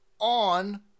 on